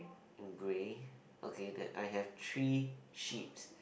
in grey okay that I have three sheeps